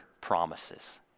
promises